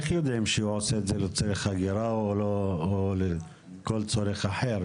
איך יודעים אם הוא עושה את זה לצורך הגירה או לכל צורך אחר?